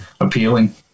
appealing